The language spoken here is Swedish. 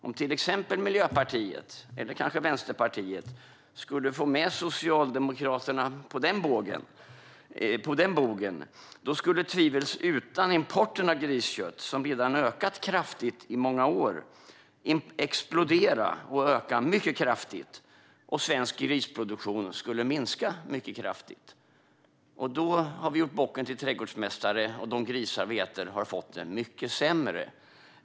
Om till exempel Miljöpartiet eller kanske Vänsterpartiet skulle få med Socialdemokraterna på den bogen skulle tvivelsutan importen av griskött, som redan har ökat kraftigt i många år, explodera och öka mycket kraftigt. Svensk grisproduktion skulle då minska mycket kraftigt. Då har vi gjort bocken till trädgårdsmästare, och de grisar vi äter har fått det mycket sämre.